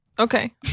Okay